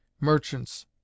Merchants